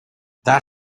that